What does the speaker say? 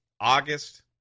august